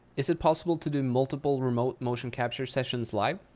is it possible to do multiple remote motion capture sessions live?